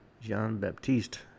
Jean-Baptiste